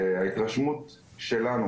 ההתרשמות שלנו,